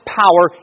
power